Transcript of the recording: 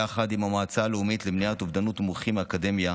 יחד עם המועצה הלאומית למניעת אובדנות ומומחים מהאקדמיה,